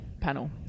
panel